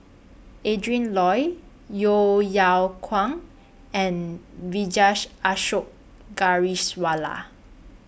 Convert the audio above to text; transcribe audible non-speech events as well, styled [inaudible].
Adrin Loi Yeo Yeow Kwang and Vijesh Ashok [unintelligible]